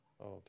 okay